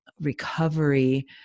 recovery